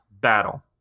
battle